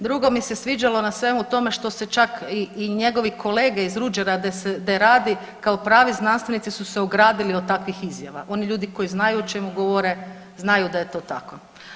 Drugo mi se sviđalo na svemu tome što se čak i njegovi kolege iz Ruđera gdje radi kao pravi znanstvenici su se ogradili od takvih izjava, oni ljudi koji znaju o čemu govore, znaju daje to tako.